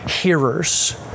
hearers